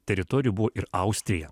teritorijų buvo ir austrija